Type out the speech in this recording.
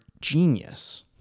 genius